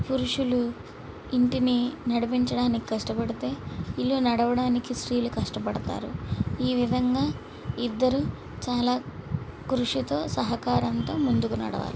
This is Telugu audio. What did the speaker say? పురుషులు ఇంటిని నడిపించడానికి కష్టపడితే ఇల్లు నడవడానికి స్రీలు కష్టపడతారు ఈ విధంగా ఇద్దరు చాలా కృషితో సహకారంతో ముందుకు నడవాలి